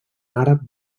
àrab